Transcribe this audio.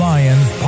Lions